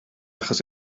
achos